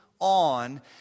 on